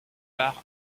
part